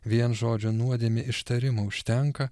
vien žodžio nuodėmė ištarimo užtenka